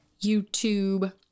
YouTube